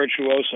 virtuoso